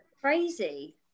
Crazy